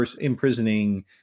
imprisoning